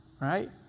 Right